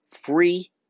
free